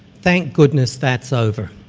thank goodness that's over